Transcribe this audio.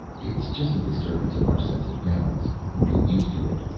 it's just a disturbance of our sense of balance. we'll get used to it.